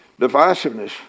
divisiveness